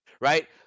right